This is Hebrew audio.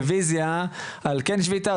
בטלויזיה על כן שביתה,